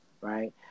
right